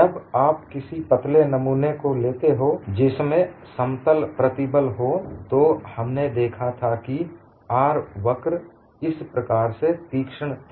जब आप किसी पतले नमूने को लेते हो जिसमें समतल प्रतिबल हो तो हमने देखा था कि R वक्र इस प्रकार से तीक्ष्ण था